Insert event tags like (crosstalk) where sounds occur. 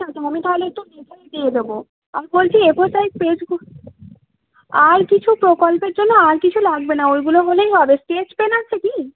(unintelligible) আমি তাহলে একটু দেখেই দিয়ে দেবো আমি বলছি এফোর সাইজ পেজগুলো আর কিছু প্রকল্পের জন্য আর কিছু লাগবে না ওইগুলো হলেই হবে স্কেচ পেন আছে কি